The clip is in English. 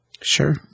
Sure